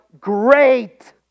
great